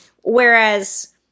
Whereas